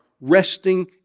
resting